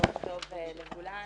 בוקר טוב לכולן,